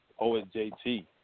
OSJT